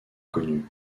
connu